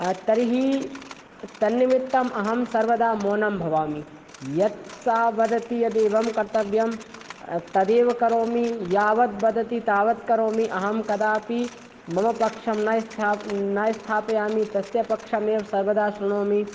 तर्हि तन्निमित्तमहं सर्वदा मौनम् भवामि यत् सः वदति यदि एवम् कर्तव्यं तदेव करोमि यावद् वदति तावत् करोमि अहम् कदापि मम पक्षं न स्थाप न स्थापयामि तस्य पक्षमेव सर्वदा श्रुणोमि